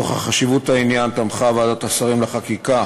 נוכח חשיבות העניין תמכה ועדת השרים לחקיקה